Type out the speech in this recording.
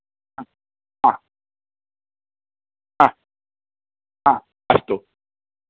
हा हा हा हा अस्तु